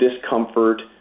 discomfort